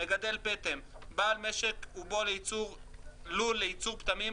"מגדל פטם" בעל משק ובו לול לייצור פטמים,